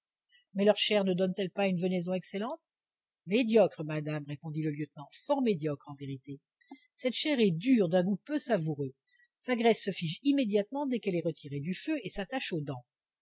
mais leur chair ne donne-t-elle pas une venaison excellente médiocre madame répondit le lieutenant fort médiocre en vérité cette chair est dure d'un goût peu savoureux sa graisse se fige immédiatement dès qu'elle est retirée du feu et s'attache aux dents